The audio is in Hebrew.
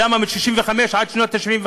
למה מ-1965 עד אמצע שנות ה-70,